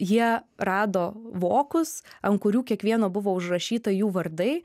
jie rado vokus ant kurių kiekvieno buvo užrašyta jų vardai